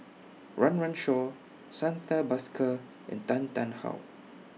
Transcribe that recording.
Run Run Shaw Santha Bhaskar and Tan Tarn How